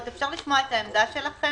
רציתי להעיר מספר הערות על נוסח הצעת החוק,